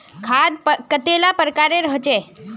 खाद कतेला प्रकारेर होचे?